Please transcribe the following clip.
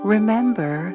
Remember